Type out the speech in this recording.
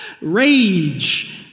Rage